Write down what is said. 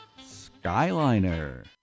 Skyliner